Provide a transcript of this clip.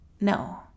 No